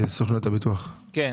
כן.